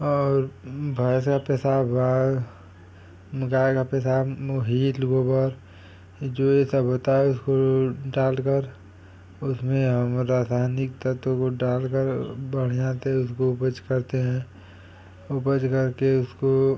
और भैंस का पेशाब हुआ गाय का पेशाब हील गोबर जो यह सब होता है उसको डालकर उसमें हम रासायनिक तत्व को डालकर बढ़ियाँ से उसको उपज़ करते हैं उपज़ करके उसको